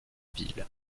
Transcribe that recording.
ville